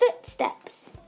Footsteps